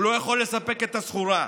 הוא לא יכול לספק את הסחורה.